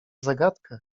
zagadkę